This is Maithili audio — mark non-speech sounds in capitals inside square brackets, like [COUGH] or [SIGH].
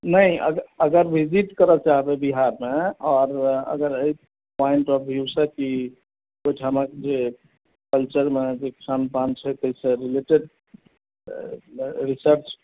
नहि अगर अगर विजिट करय चाहबै बिहारमे आओर अगर एहिठाम [UNINTELLIGIBLE] एहिठामक जे परिसरमे जे खान पान छै ताहिसँ रीलेटेड रिसर्च